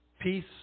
Peace